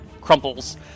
crumples